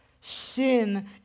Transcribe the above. Sin